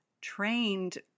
trained